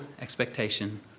expectation